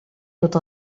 tot